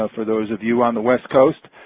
ah for those of you on the west coast.